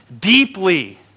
deeply